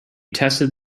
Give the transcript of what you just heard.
tested